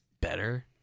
better